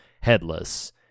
headless